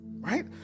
right